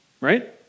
Right